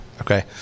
Okay